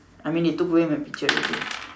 I mean they took away my picture already